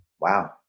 Wow